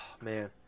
Man